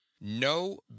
No